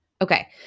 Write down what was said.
okay